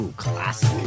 classic